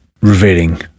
revealing